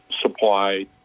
supply